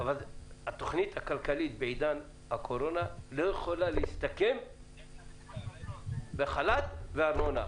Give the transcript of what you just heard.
אבל התוכנית הכלכלית בעידן הקורונה לא יכולה להסתכם בחל"ת וארנונה.